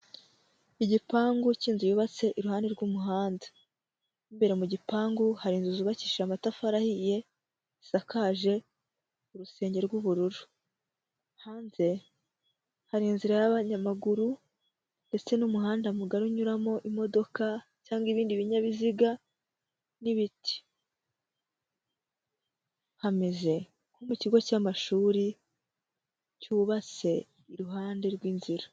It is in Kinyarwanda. Igipangu cy'inzu yubatse iruhande rw'umuhanda, imbere mu gipangu hari inzu zubakishije amatafari ahiye zisakaje urusenge rw'ubururu, hanze hari inzira y'abanyamaguru ndetse n'umuhanda mugari unyuramo imodoka cyangwa ibindi binyabiziga n'ibiti. Hameze nko mu kigo cy'amashuri cyubatse iruhande rw'inzira.